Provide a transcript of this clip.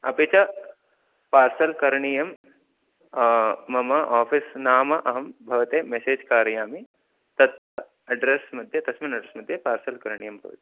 अपि च पार्सल् करणीयं मम आफ़ीस् नाम अहं भवते मेसेज् कारयामि तत्र अड्रेस् मध्ये तस्मिन् अड्रेस् मध्ये पार्सल् करणीयं भवति